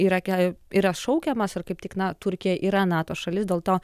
irake yra šaukiamas ar kaip tik na turkija yra nato šalis dėl to